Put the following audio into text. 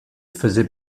faisait